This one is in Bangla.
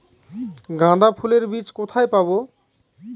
গাঁদা ফুলের বীজ কোথায় পাবো?